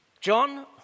John